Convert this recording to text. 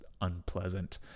unpleasant